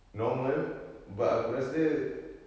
normal but aku rasa